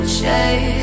chase